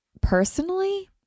Personally